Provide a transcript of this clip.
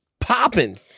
popping